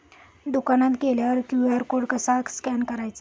दुकानात गेल्यावर QR code कसा स्कॅन करायचा?